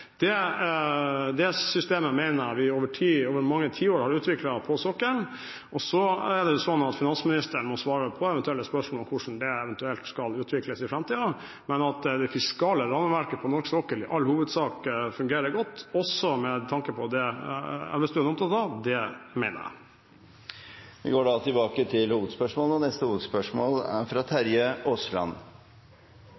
Det systemet mener jeg at vi over mange tiår har utviklet på sokkelen. Finansministeren må svare på eventuelle spørsmål om hvordan det eventuelt skal utvikles i framtiden. Men at det fiskale rammeverket på norsk sokkel i all hovedsak fungerer godt – også med tanke på det Elvestuen er opptatt av – mener jeg. Vi går